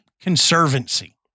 Conservancy